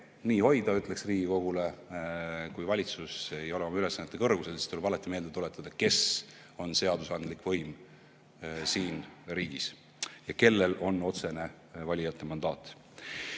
"Nii hoida!" ütleks Riigikogule. Kui valitsus ei ole oma ülesannete kõrgusel, siis tuleb alati meelde tuletada, kes on seadusandlik võim siin riigis ja kellel on otsene valijate mandaat.